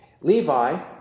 Levi